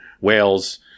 Wales